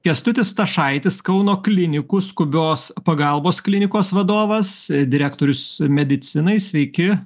kęstutis stašaitis kauno klinikų skubios pagalbos klinikos vadovas direktorius medicinai sveiki